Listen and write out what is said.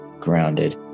Grounded